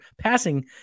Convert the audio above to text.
passing